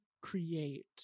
create